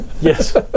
Yes